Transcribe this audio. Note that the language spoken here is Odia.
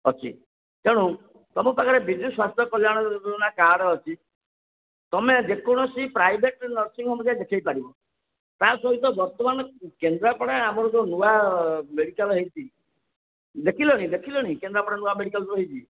ଅଛି ତେଣୁ ତୁମ ପାଖରେ ବିଜୁ ସ୍ୱାସ୍ଥ୍ୟ କଲ୍ୟାଣ ଯୋଜନା କାର୍ଡ଼ ଅଛି ତୁମେ ଯେକୌଣସି ପ୍ରାଇଭେଟ୍ ନର୍ସିଂହୋମ୍ରେ ଦେଖେଇପାରିବ ତା' ସହିତ ବର୍ତ୍ତମାନ କେନ୍ଦ୍ରାପଡ଼ା ଆମର ଯେଉଁ ନୂଆ ମେଡ଼ିକାଲ୍ ହେଇଛି ଦେଖିଲଣି ଦେଖିଲଣି କେନ୍ଦ୍ରାପଡ଼ା ନୂଆ ମେଡ଼ିକାଲ୍ ଯେଉଁ ହେଇଛି